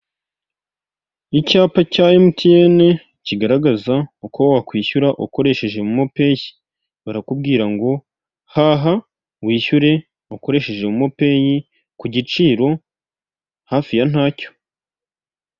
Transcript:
Serivisi za banki ya kigali zegerejwe abaturage ahanga baragaragaza uko ibikorwa biri kugenda bikorwa aho bagaragaza ko batanga serivisi zo kubika, kubikura, kuguriza ndetse no kwakirana yombi abakiriya bakagira bati murakaza neza.